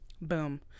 boom